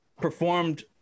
performed